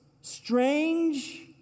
Strange